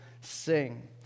sing